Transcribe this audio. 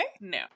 No